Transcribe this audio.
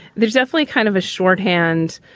there's definitely kind of a shorthand.